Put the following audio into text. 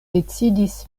decidis